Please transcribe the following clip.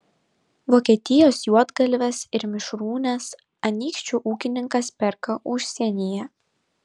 vokietijos juodgalves ir mišrūnes anykščių ūkininkas perka užsienyje